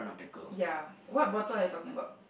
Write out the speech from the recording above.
ya what bottle are you talking about